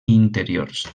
interiors